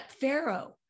Pharaoh